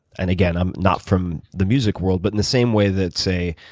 and again, i'm not from the music world, but in the same way that, say,